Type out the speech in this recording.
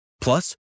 Plus